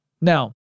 Now